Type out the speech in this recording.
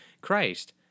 Christ